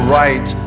right